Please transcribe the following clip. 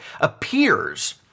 appears